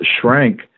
shrank